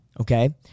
okay